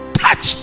touch